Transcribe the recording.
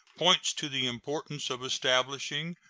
points to the importance of establishing,